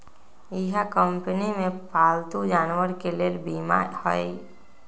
इहा कंपनी में पालतू जानवर के लेल बीमा हए कि?